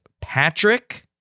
Patrick